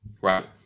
Right